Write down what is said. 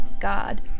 God